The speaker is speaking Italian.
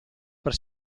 per